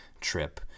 trip